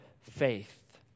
faith